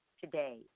today